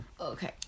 Okay